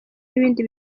n’ibindi